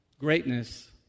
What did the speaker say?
Greatness